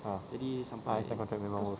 ah kalau extend contract memang worth